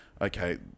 okay